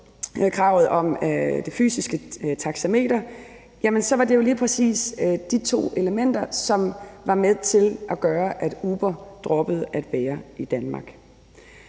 kravet om det fysiske taxameter, var det jo lige præcis de to elementer, som var med til at gøre, at Uber droppede at være i Danmark.